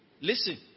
Listen